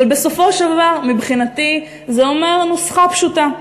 אבל בסופו של דבר מבחינתי זה אומר נוסחה פשוטה: